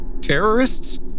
Terrorists